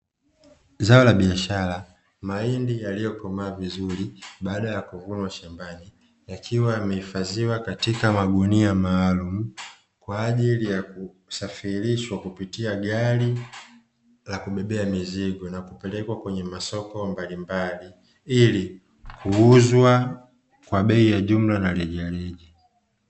Zao la biashara mahindi yaliyo komaa vizuri baada ya kuvunwa shambani yakiwa yamehifadhiwa katika magunia maalumu kwa ajili ya kusafirishwa kupitia gari la kubebea mizigo na kupelekwa kwenye masoko mbalimbali ili kuuzwa kwa bei ya jumla na rejareja.